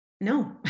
no